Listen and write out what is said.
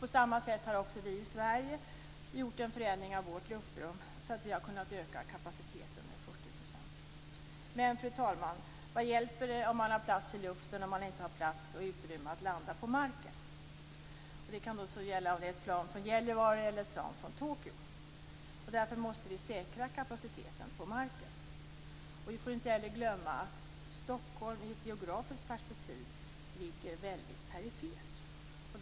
På samma sätt har också vi i Sverige gjort en förändring av vårt luftrum så att vi har kunnat öka kapaciteten med 40 %. Fru talman! Men vad hjälper det om man har plats i luften om man inte har plats och utrymme att landa på marken. Det kan gälla om det är ett plan från Gällivare eller ett plan från Tokyo. Därför måste vi säkra kapaciteten på marken. Vi får inte heller glömma att Stockholm i ett geografiskt perspektiv ligger väldigt perifert.